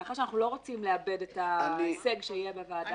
מאחר שאנחנו לא רוצים לאבד את ההישג שיהיה בוועדה כאן,